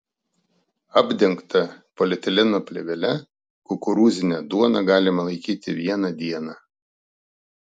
apdengtą polietileno plėvele kukurūzinę duoną galima laikyti vieną dieną